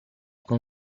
con